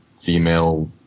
female